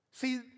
See